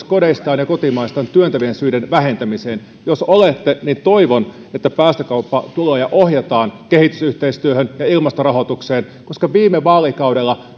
kodeistaan ja kotimaistaan työntävien syiden vähentämiseen jos olette niin toivon että päästökauppatuloja ohjataan kehitysyhteistyöhön ja ilmastorahoitukseen koska viime vaalikaudella